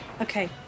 Okay